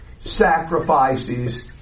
sacrifices